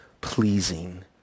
pleasing